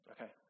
Okay